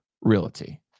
realty